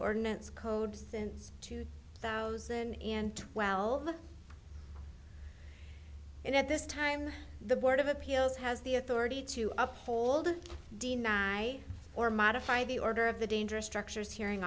ordinance codes since two thousand and twelve and at this time the board of appeals has the authority to up hold deny or modify the order of the dangerous structures hearing